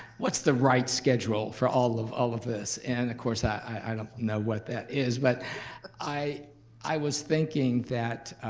what's the right schedule for all of all of this? and of course, i i don't know what that is, but i i was thinking that,